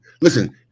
listen